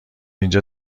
اینجا